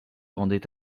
rendait